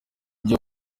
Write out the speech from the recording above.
byo